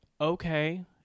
okay